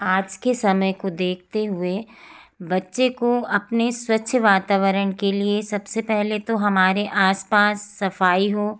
आज के समय को देखते हुए बच्चे को अपने स्वच्छ वातावरण के लिए सब से पहले तो हमारे आस पास सफ़ाई हो